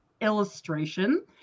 illustration